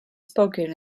spoken